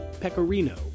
Pecorino